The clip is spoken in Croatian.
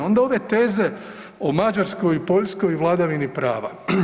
Onda ove teze o Mađarskoj i Poljskoj i vladavini prava.